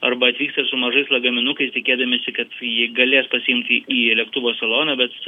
arba atvyksta ir su mažais lagaminukais tikėdamiesi kad jį galės pasiimti į lėktuvo saloną bet